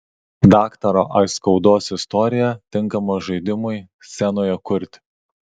daktaro aiskaudos istorija tinkama žaidimui scenoje kurti